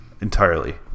entirely